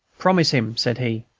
promise him! said he,